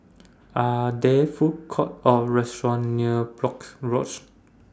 Are There Food Courts Or restaurants near Brooke Road